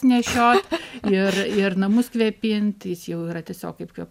nešiot ir ir namus kvepint jis jau yra tiesiog kaip kvep